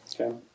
Okay